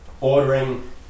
ordering